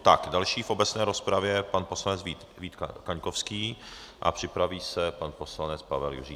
Tak, další v obecné rozpravě pan poslanec Vít Kaňkovský a připraví se pan poslanec Pavel Juříček.